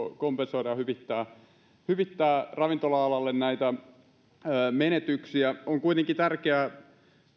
kompensoida ja hyvittää ravintola alalle näitä menetyksiä on kuitenkin tärkeää